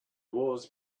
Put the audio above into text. wars